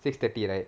six thirty right